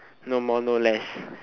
no more no less